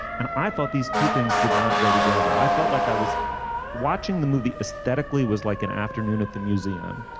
and i thought these two things did not go together. i felt like i was watching the movie aesthetically was like an afternoon at the museum.